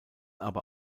aber